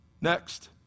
Next